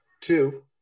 Two